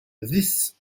this